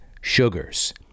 sugars